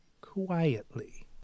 quietly